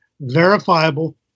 verifiable